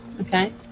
Okay